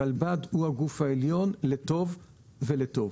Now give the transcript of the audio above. הרלב"ד הוא הגוף העליון לטוב ולטוב.